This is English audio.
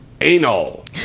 anal